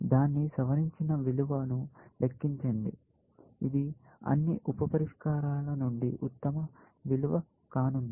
దాని సవరించిన విలువ ను లెక్కించండి ఇది అన్ని ఉప పరిష్కారాల నుండి ఉత్తమ విలువ కానుంది